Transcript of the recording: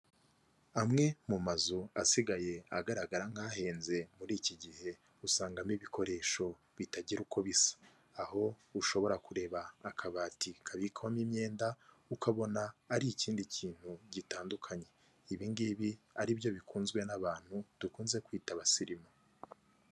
Amwe mu mazu asigaye agaragara nk'ahenze, muri iki gihe, usangamo ibikoresho, bitagira uko bisa. Aho ushobora kureba akabati kabikwamo imyenda, ukabona ari ikindi kintu gitandukanye, ibi ngibi aribyo bikunzwe n'abantu, dukunze kwita abasirimu.